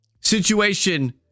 situation